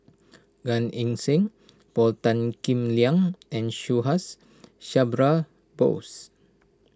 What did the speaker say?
Gan Eng Seng Paul Tan Kim Liang and Subhas Chandra Bose